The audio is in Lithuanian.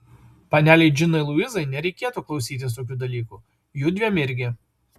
panelei džinai luizai nereikėtų klausytis tokių dalykų judviem irgi